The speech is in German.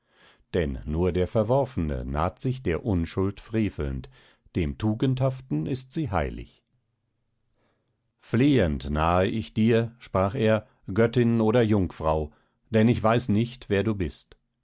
denn nur der verworfene naht sich der unschuld frevelnd dem tugendhaften ist sie heilig flehend nahe ich dir sprach er göttin oder jungfrau denn ich weiß nicht wer du bist